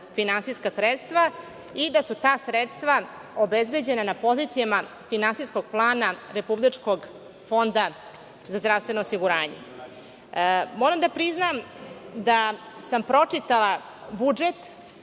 finansijska sredstva, i da su ta sredstva obezbeđena na pozicijama finansijskog plana Republičkog fonda za zdravstveno osiguranje. Moram da priznam da sam pročitala budžet,